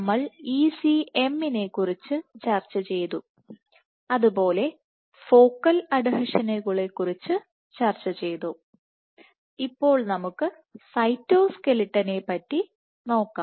നമ്മൾ E C M നെക്കുറിച്ച് ചർച്ചചെയ്തു അതുപോലെ ഫോക്കൽ അഡ്ഹീഷനുകളെക്കുറിച്ച് ചർച്ചചെയ്തു ഇപ്പോൾ നമുക്ക് സൈറ്റോസ്ക്ലെട്ടനെപ്പറ്റി നോക്കാം